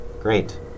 Great